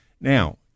Now